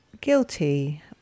guilty